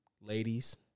ladies